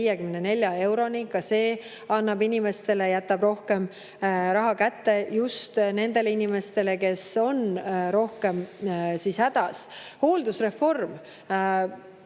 Ka see jätab inimestele rohkem raha kätte, ja just nendele inimestele, kes on rohkem hädas. Hooldusreform